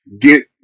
get